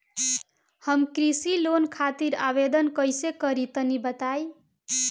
हम कृषि लोन खातिर आवेदन कइसे करि तनि बताई?